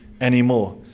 anymore